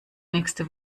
nächste